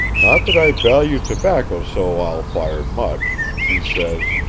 not that i value tobacco so all-fired much he says,